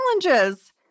challenges